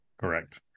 Correct